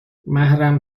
محرم